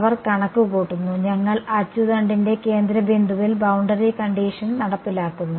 അവർ കണക്കുകൂട്ടുന്നു ഞങ്ങൾ അച്ചുതണ്ടിന്റെ കേന്ദ്ര ബിന്ദുവിൽ ബൌണ്ടറി കണ്ടിഷൻ നടപ്പിലാക്കുന്നു